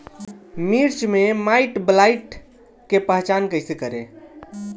मिर्च मे माईटब्लाइट के पहचान कैसे करे?